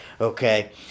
Okay